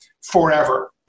forever